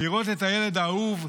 לראות את הילד האהוב.